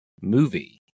movie